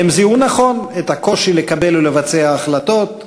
הם זיהו נכון את הקושי לקבל או לבצע החלטות,